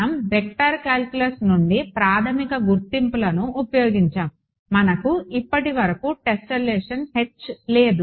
మనం vector calculus నుండి ప్రాథమిక గుర్తింపులను ఉపయోగించాము మనకు ఇప్పటివరకు టెస్సెల్లేషన్ H లేదు